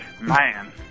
man